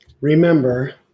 remember